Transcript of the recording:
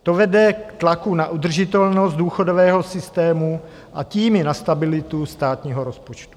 To vede k tlaku na udržitelnost důchodového systému a tím i na stabilitu státního rozpočtu.